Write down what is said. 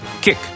Kick